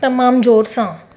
तमामु ज़ोर सां